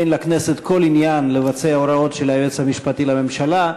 אין לכנסת כל עניין לבצע הוראות של היועץ המשפטי לממשלה.